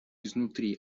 изнутри